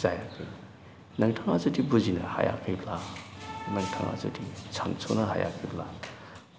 जायफोर नोंथाङा जुदि बुजिनो हायाखैब्ला नोंथाङा जुदि सानस'नो हायाखैब्ला